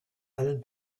allen